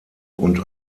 und